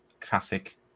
classic